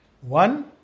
One